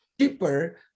cheaper